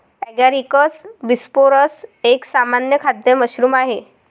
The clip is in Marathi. ॲगारिकस बिस्पोरस एक सामान्य खाद्य मशरूम आहे